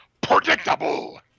Predictable